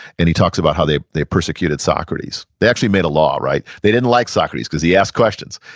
and he talks about how they they persecuted socrates. they actually made a law, right? they didn't like socrates cause he asked questions.